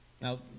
Now